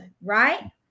right